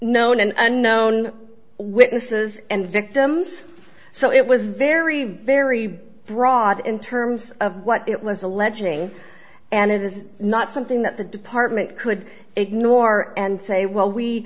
known and unknown witnesses and victims so it was very very broad in terms of what it was alleging and it is not something that the department could ignore and say well we